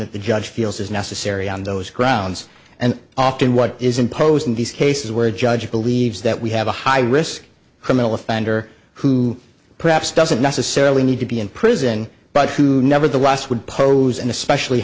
that the judge feels is necessary on those grounds and often what is imposed in these cases where a judge believes that we have a high risk criminal offender who perhaps doesn't necessarily need to be in prison but who nevertheless would pose an especially